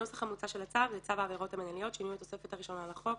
צו העבירות המינהליות (שינוי התוספת הראשונה לחוק),